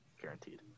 guaranteed